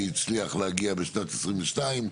והצליח להגיע בשנת 2022,